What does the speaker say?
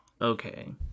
Okay